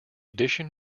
edition